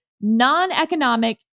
non-economic